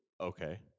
Okay